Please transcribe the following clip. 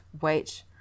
wait